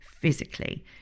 physically